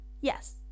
Yes